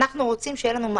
אנחנו רוצים שיהיה לנו מאגר.